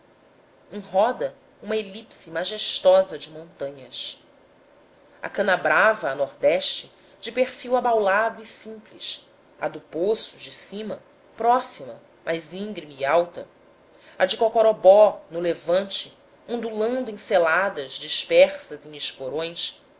roda uma elipse majestosa de montanhas a canabrava a nordeste de perfil abaulado e simples a do poço de cima próxima mais íngreme e alta a de cocorobó no levante ondulando em seladas dispersa em